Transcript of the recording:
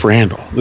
Randall